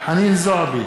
חנין זועבי,